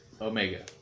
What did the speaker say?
Omega